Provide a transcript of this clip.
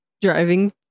Driving